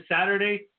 Saturday